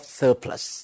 surplus